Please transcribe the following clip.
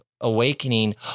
awakening